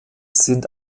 sind